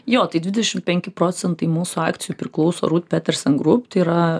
jo tai dvidešim penki procentai mūsų akcijų priklauso rut petersen group tai yra